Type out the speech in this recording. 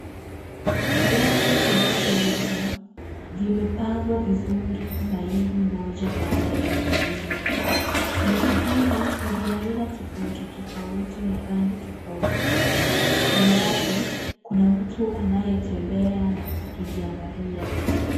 Viatu vinavyouzwa, vimepangwa vizuri kwa laini moja baada ya nyingine. Viatu hivi, ni vya aina tofauti tofauti na rangi tofauti. Mbele yake kuna mtu anayetembea na akiviangalia.